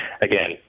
again